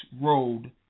Road